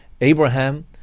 Abraham